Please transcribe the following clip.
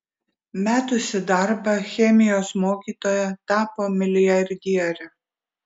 metusi darbą chemijos mokytoja tapo milijardiere